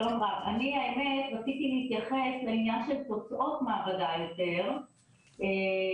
אני רציתי להתייחס לעניין של תוצאות מעבדה יותר כי